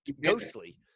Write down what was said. ghostly